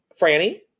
Franny